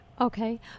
Okay